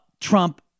Trump